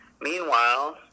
Meanwhile